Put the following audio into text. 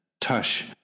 tush